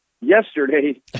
yesterday